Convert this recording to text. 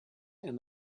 and